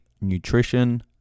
nutrition